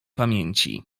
pamięci